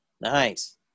nice